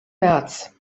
märz